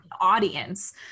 audience